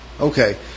Okay